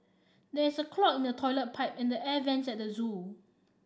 there is a clog in the toilet pipe and the air vents at the zoo